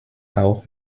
auch